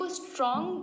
strong